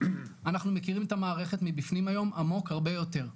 אנחנו מכירים את המערכת מבפנים היום עמוק הרבה יותר.